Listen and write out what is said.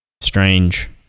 Strange